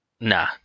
nah